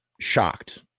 shocked